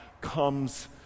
comes